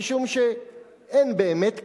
משום שאין באמת כוונה,